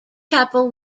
chapel